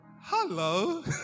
Hello